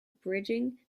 bridging